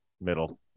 Middle